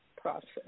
process